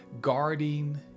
guarding